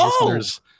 listeners